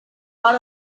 lot